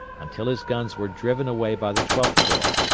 until his guns were driven away by the twelfth corps.